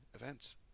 events